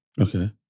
Okay